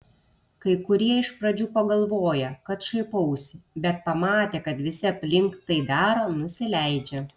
kai kurie iš pradžių pagalvoja kad šaipausi bet pamatę kad visi aplink tai daro nusileidžia